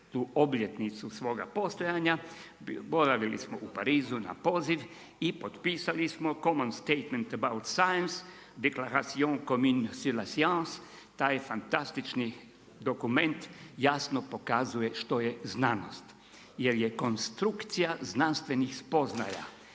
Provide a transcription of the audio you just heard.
obljetnicu svoga postojanja, boravili smo u Parizu na poziv i potpisali smo Common statement about science deklaration …/Govornik se ne razumije./… jasno pokazuje što je znanost. Jer je konstrukcija znanstvenih spoznaja